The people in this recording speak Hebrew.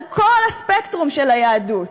על כל הספקטרום של היהדות,